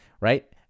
right